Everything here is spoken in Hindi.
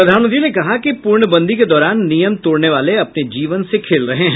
प्रधानमंत्री ने कहा कि पूर्णबंदी के दौरान नियम तोड़ने वाले अपने जीवन से खेल रहे हैं